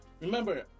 Remember